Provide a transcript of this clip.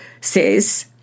says